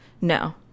No